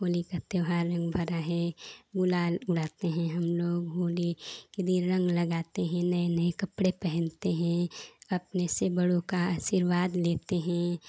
होली का त्योहार रंग भरा है गुलाल उड़ाते हैं हमलोग होली के दिन रंग लगाते हैं नए नए कपड़े पहनते हैं अपने से बड़ों का आशीर्वाद लेते हैं